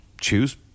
choose